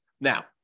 Now